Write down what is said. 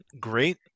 Great